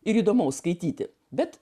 ir įdomaus skaityti bet